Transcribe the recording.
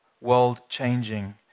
world-changing